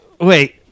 Wait